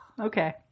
Okay